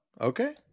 okay